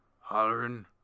hollering